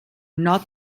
not